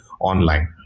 online